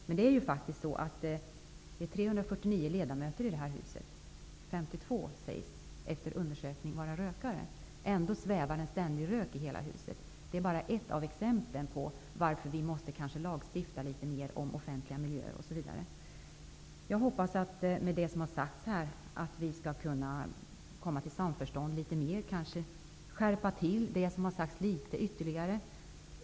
Men det är faktiskt så att det är 349 ledamöter i detta hus, och av dem sägs 52, enligt en undersökning, vara rökare. Ändå svävar det ständigt en rök i hela huset. Det är bara ett av exemplen på varför vi kanske måste lagstifta litet mer när det gäller offentliga miljöer osv. Jag hoppas att vi, genom det som har sagts här, skall komma litet mer i samförstånd. Det som har sagts kanske skall skärpas till litet ytterligare.